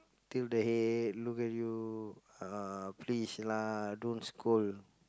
tilt the head look at you uh please lah don't scold